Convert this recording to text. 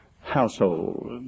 household